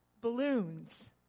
balloons